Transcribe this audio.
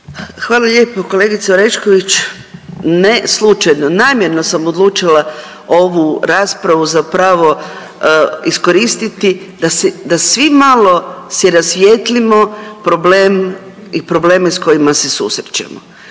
Hvala lijepo kolegice Orešković. Ne slučajno, namjerno sam odlučila ovu raspravu zapravo iskoristiti da svi malo si rasvijetlimo problem i probleme s kojima se susrećemo.